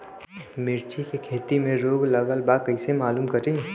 मिर्ची के खेती में रोग लगल बा कईसे मालूम करि?